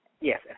Yes